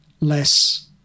less